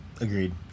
agreed